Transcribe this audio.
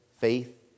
faith